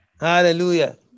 Hallelujah